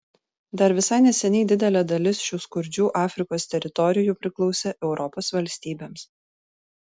dar visai neseniai didelė dalis šių skurdžių afrikos teritorijų priklausė europos valstybėms